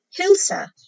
Hilsa